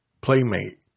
playmate